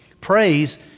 Praise